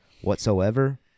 whatsoever